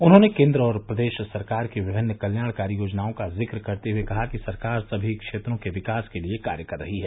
उन्होंने केन्द्र और प्रदेश सरकार की विभिन्न कल्याणकारी योजनाओं का जिक्र करते हए कहा कि सरकार समी क्षेत्रों के विकास के लिए कार्य कर रही है